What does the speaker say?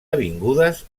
avingudes